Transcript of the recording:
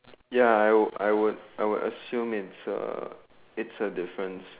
ya I would I would I would assume it's a it's a difference